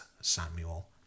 Samuel